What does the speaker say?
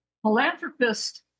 philanthropist